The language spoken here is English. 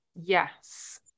Yes